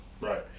Right